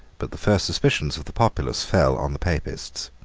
but the first suspicions of the populace fell on the papists.